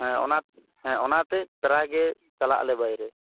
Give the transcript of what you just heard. ᱦᱮᱸ ᱚᱱᱟ ᱦᱮᱸ ᱚᱱᱟᱛᱮ ᱯᱨᱟᱭ ᱜᱮ ᱪᱟᱞᱟᱜ ᱟᱞᱮ ᱵᱟᱭᱨᱮ